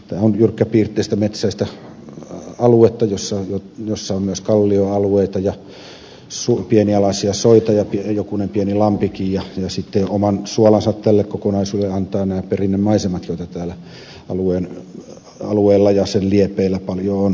tämä on jyrkkäpiirteistä metsäistä aluetta jossa on myös kallioalueita ja pienialaisia soita ja jokunen pieni lampikin ja oman suolansa tälle kokonaisuudelle antavat perinnemaisemat joita alueella ja sen liepeillä paljon on